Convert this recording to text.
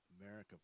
America